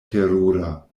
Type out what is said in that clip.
terura